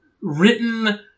written